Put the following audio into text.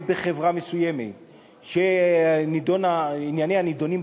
בחברה מסוימת שענייניה נדונים בכנסת,